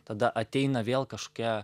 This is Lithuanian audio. tada ateina vėl kažkokia